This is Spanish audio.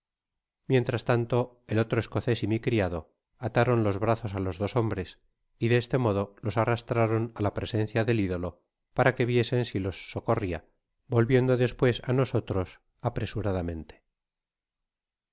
mientras tanto el otro escocés y mi criado ataron los brazos á los dos hombres y de este modo los arrastraron á presencia del ídoioj ra que viesen si ios socorria volviendo despies á ce nos apresuradamente